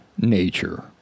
nature